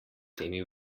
temi